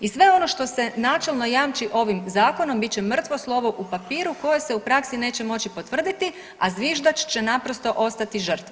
I sve ono što se načelno jamči ovim zakonom bit će mrtvo slovo u papiru koje se u praksi neće moći potvrditi, a zviždač će naprosto ostati žrtva.